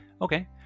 Okay